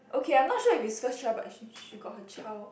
okay I'm not sure if it's first child but she she got her child